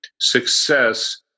success